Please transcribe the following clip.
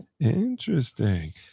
Interesting